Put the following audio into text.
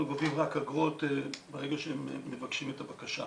אנחנו גובים רק אגרות ברגע שהם מבקשים את הבקשה.